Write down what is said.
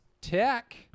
Tech